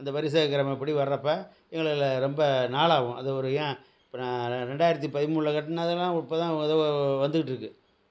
இந்த வரிசை கிரமபடி வர்றப்போ எங்களுக்கு ரொம்ப நாள் ஆகும் அது ஒரு ஏன் இப்போ நான் ரெ ரெண்டாயிரத்தி பதிமூனில் கட்டினதுலாம் இப்போதான் எதோ வந்துக்கிட்டிருக்கு